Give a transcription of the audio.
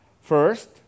first